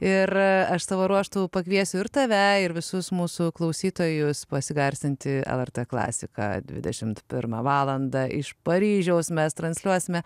ir aš savo ruožtu pakviesiu ir tave ir visus mūsų klausytojus pasigarsinti lrt klasiką dvidešimt pirmą valandą iš paryžiaus mes transliuosime